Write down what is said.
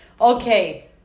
okay